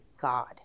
God